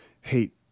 hate